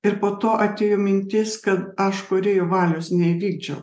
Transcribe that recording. ir po to atėjo mintis kad aš kūrėjo valios neįvykdžiau